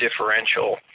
differential